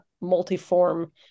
multiform